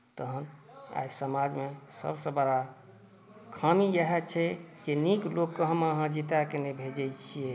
तऽ एहि समाजमे सबसे बरा खामी इएहा छै जे नीक लोकके हम अहाँ जीताक नहि भेजे छियै